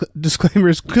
disclaimers